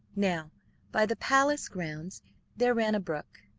now by the palace grounds there ran a brook,